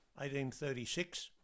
1836